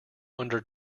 under